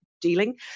dealing